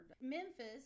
Memphis